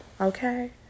Okay